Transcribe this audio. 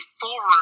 forward